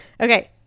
Okay